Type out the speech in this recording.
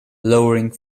lowering